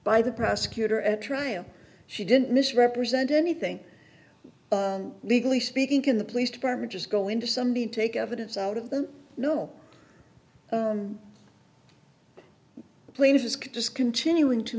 by the prosecutor at trial she didn't misrepresent anything legally speaking in the police department is going to somebody take evidence out of them no planes could just continuing to